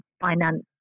finance